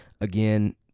again